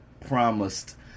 promised